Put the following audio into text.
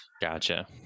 gotcha